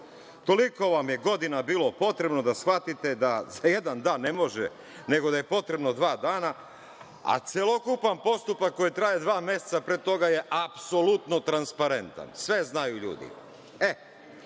Toliko vam je godina bilo potrebno da shvatite da za jedan dan ne može, nego da je potrebno dva dana, a celokupan postupak koji je trajao dva meseca pre toga je apsolutno transparentan. Sve znaju ljudi. Mnogo